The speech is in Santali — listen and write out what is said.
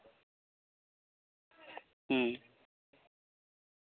ᱦᱩᱸ